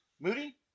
moody